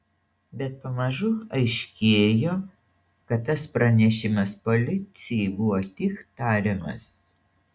bet pamažu aiškėjo kad tas pranešimas policijai buvo tik tariamas